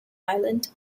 island